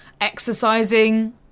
exercising